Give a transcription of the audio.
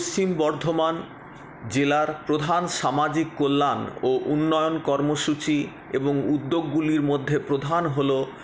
পশ্চিম বর্ধমান জেলার প্রধান সামাজিক কল্যাণ ও উন্নয়ন কর্মসূচি এবং উদ্যোগগুলির মধ্যে প্রধান হলো